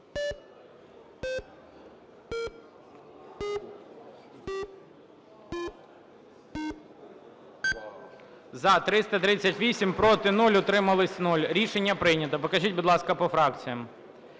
За-338 Проти – 0, утримались – 0. Рішення прийнято. Покажіть, будь ласка, по фракціям.